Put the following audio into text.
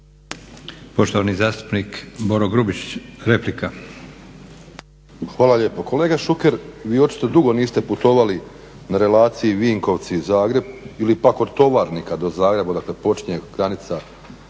Poštovani zastupnik Boro Grubišić, replika. **Grubišić, Boro (HDSSB)** Hvala lijepo. Kolega Šuker, vi očito dugo niste putovali na relaciji Vinkovci- Zagreb ili pak od Tovarnika do Zagreba dakle početna granica sa